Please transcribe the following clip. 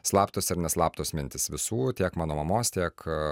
slaptos ir ne slaptos mintys visų tiek mano mamos tiek